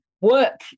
work